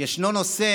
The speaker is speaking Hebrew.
ישנו נושא